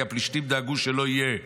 כי הפלישתים דאגו שלא יהיה ברזל.